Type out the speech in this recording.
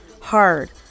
hard